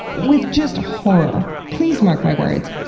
with just horror. please mark my words.